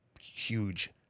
huge